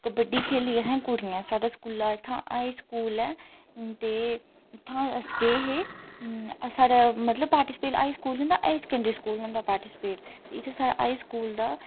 कबड्डी खेल्ली अहें कुडियें साढ़े स्कूला इत्थां हाई स्कूल ऐ ते इ'त्थां अस गे हे साढ़े मतलब पार्टिसिपेट हाई स्कूल होंदा हायर सेकेंडरी स्कूल होंदा पार्टिसिपेट इ'त्थें साढ़े हाई स्कूल दा